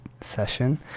session